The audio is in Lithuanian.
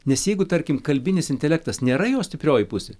nes jeigu tarkim kalbinis intelektas nėra jo stiprioji pusė